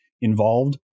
involved